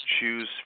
choose